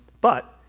but